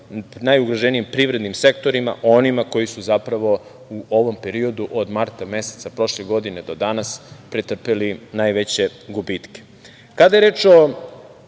najugroženijim privrednim sektorima, o onima koji su zapravo u ovom periodu od marta meseca prošle godine do danas pretrpeli najveće gubitke. Kada je reč o